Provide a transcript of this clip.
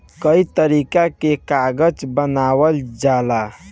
कई तरीका के कागज बनावल जाला